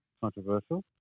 Controversial